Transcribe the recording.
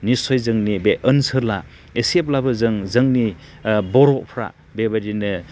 निसय जोंनि बे ओनसोला एसेब्लाबो जों जोंनि बर' बर'फ्रा बेबायदिनो